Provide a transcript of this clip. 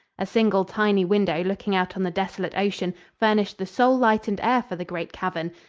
a single tiny window looking out on the desolate ocean furnished the sole light and air for the great cavern,